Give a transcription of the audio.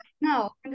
no